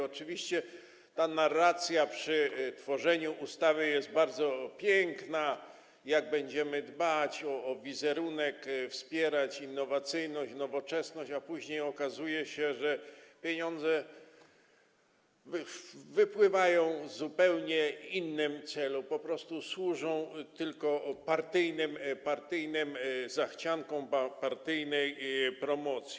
Oczywiście, ta narracja przy tworzeniu ustawy jest bardzo piękna, o tym, jak będziemy dbać o wizerunek, wspierać innowacyjność, nowoczesność, a później okazuje się, że pieniądze wypływają zupełnie w innym celu, po prostu służą tylko partyjnym zachciankom, partyjnej promocji.